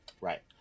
Right